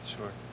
Sure